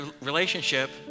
Relationship